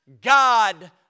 God